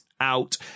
out